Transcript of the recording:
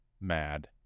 Mad